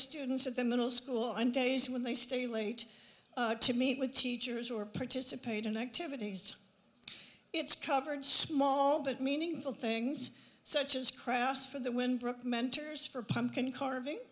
students at the middle school on days when they stay late to meet with teachers or participate in activities it's covered small but meaningful things such as crafts for the win brooke mentors for pumpkin carving